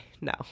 no